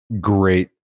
great